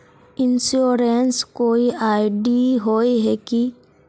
Insurance कोई ID होय है की?